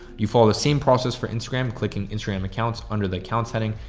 you follow the same process for instagram, clicking instagram accounts under the account setting.